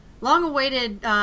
Long-awaited